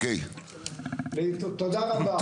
תודה רבה.